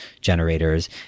generators